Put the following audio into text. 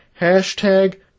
hashtag